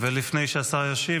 לפני שהשר ישיב,